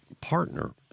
partner